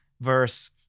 verse